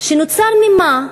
שנוצר ממה?